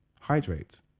Hydrate